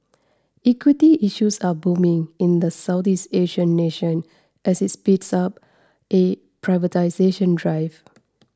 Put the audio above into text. equity issues are booming in the Southeast Asian nation as it speeds up a privatisation drive